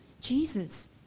Jesus